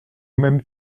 même